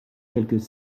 quelques